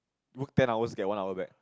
work ten hours get one hour back